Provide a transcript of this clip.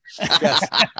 Yes